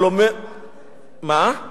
חומש אז כן אפשר לתת?